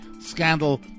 scandal